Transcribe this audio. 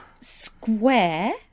Square